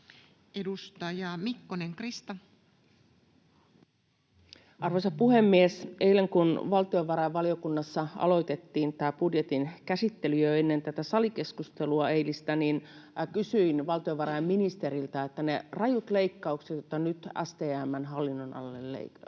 Edustaja Mikkonen, Krista. Arvoisa puhemies! Eilen kun valtiovarainvaliokunnassa aloitettiin tämä budjetin käsittely jo ennen tätä eilistä salikeskustelua, niin kysyin valtiovarainministeriltä, miten on arvioitu STM:n hallinnonalalle